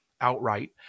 outright